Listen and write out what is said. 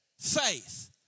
faith